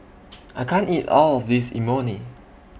I can't eat All of This Imoni